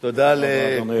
תודה, אדוני היושב-ראש.